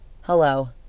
hello